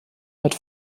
wird